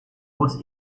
was